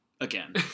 Again